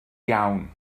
iawn